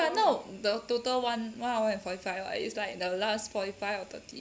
but not the total one one hour and forty five [what] is like the last forty five or thirty